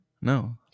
No